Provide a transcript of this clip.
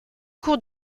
cours